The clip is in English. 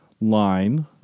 line